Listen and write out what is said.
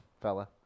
fella